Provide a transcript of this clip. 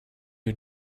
you